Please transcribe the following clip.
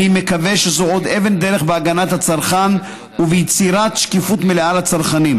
אני מקווה שזו עוד אבן דרך בהגנת הצרכן וביצירת שקיפות מלאה לצרכנים,